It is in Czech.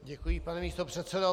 Děkuji, pane místopředsedo.